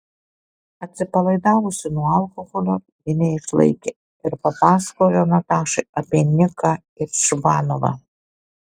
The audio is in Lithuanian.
atsipalaidavusi nuo alkoholio ji neišlaikė ir papasakojo natašai apie niką ir čvanovą